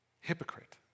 Hypocrite